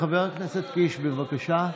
חבר הכנסת קיש, בבקשה.